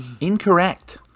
incorrect